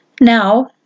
Now